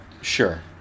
Sure